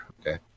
okay